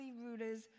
rulers